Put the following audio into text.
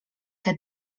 que